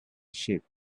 sheep